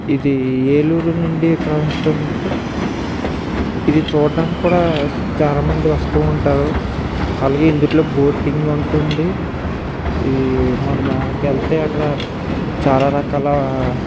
ఇది ఏలూరు నుండి ప్రవహిస్తుంటే ఇది చూడటానికి కూడా చాలా మంది వస్తూ ఉంటారు వాళ్ళకి ఇందిట్లో బోటింగ్ ఉంటుంది ఈ మనం అక్కడికివెళితే అక్కడ చాలా రకాల